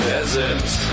Peasants